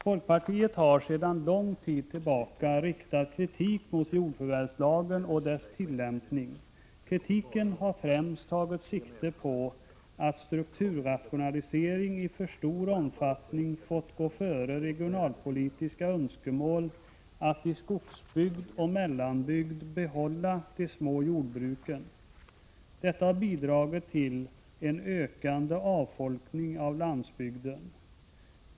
Folkpartiet har sedan lång tid tillbaka riktat kritik mot jordförvärvslagen och dess tillämpning. Kritiken har främst tagit sikte på att strukturrationalisering i för stor omfattning fått gå före regionalpolitiska önskemål att i skogsbygd och mellanbygd behålla de små jordbruken. Detta har bidragit till en ökande avfolkning av landsbygden.